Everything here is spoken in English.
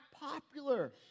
popular